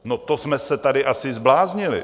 No, to jsme se tady asi zbláznili!